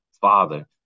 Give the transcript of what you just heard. father